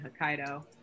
Hokkaido